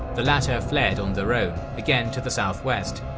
the latter fled on their own, again to the southwest,